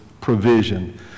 provision